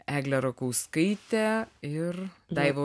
eglė rakauskaitė ir daiva